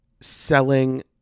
selling